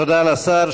תודה לשר.